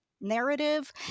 narrative